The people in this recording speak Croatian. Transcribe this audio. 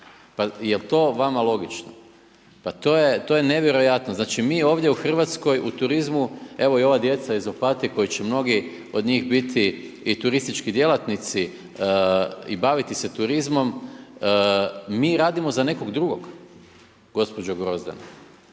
Pa jel to vama logično? Pa to je nevjerojatno. Znači mi ovdje u Hrvatskoj u turizmu, evo i ova djeca iz Opatije koji će mnogi od njih biti i turistički djelatnici i baviti se turizmom, mi radimo za nekog drugog, gospođo Grozdana.